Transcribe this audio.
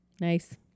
Nice